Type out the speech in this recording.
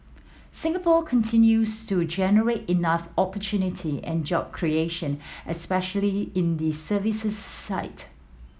Singapore continues to generate enough opportunity and job creation especially in the services side